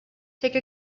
take